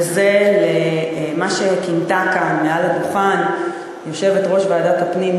וזה מה שכינתה כאן מעל הדוכן יושבת-ראש ועדת הפנים,